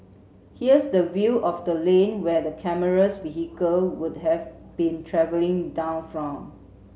here's the view of the lane where the camera's vehicle would have been travelling down from